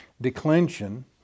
declension